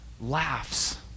laughs